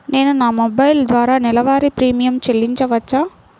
నేను నా మొబైల్ ద్వారా నెలవారీ ప్రీమియం చెల్లించవచ్చా?